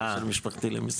יש לי קשר משפחתי למשרד.